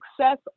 success